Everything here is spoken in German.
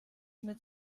mit